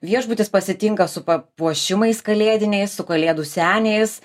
viešbutis pasitinka su papuošimais kalėdiniais su kalėdų seniais